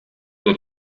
that